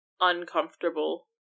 uncomfortable